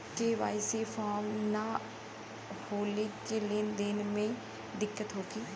KYC के form न होले से लेन देन में दिक्कत होखी?